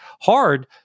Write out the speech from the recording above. hard